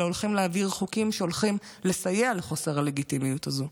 אלא הולכים להעביר חוקים שהולכים לסייע לחוסר הלגיטימיות הזו.